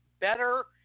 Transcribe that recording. better